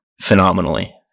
phenomenally